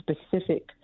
specific